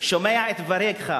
שומע את דבריך,